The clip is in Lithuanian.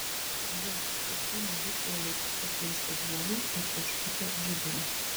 ji sustūmę du suolus pataisė guolį ir užpūtė žiburį